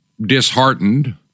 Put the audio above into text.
disheartened